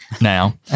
now